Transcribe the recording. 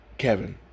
Kevin